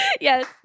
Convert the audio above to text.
Yes